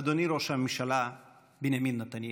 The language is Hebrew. אדוני ראש הממשלה בנימין נתניהו,